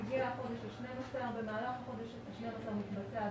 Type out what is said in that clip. מגיע החודש ה-12 ובמהלך החודש ה-12 מתבצעת